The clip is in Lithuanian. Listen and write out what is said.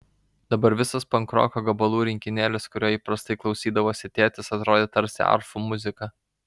dabar visas pankroko gabalų rinkinėlis kurio įprastai klausydavosi tėtis atrodė tarsi arfų muzika